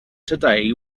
today